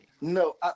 No